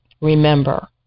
Remember